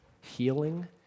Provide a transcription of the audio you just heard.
healing